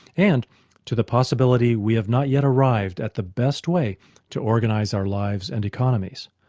and to the possibility we have not yet arrived at the best way to organise our lives and economies.